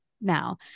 now